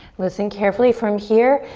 listen carefully from here,